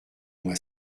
moi